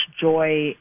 joy